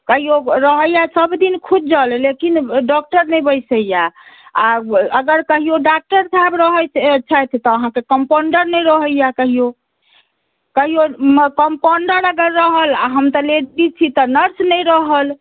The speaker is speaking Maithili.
कहियो रहैया सबदिन खुजल लेकिन डॉक्टर नहि बैसैया आ अगर कहियो डॉक्टर साहब रहै छथि तऽ अहाँके कम्पोण्डर नहि रहैया कहियो कहियो कम्पोण्डर अगर रहल आ हम तऽ लेडीज छी तऽ नर्स नहि रहल